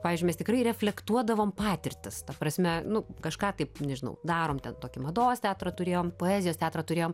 pavyzdžiui mes tikrai reflektuodavom patirtis ta prasme nu kažką taip nežinau darom ten tokį mados teatrą turėjom poezijos teatrą turėjom